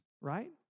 right